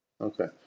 Okay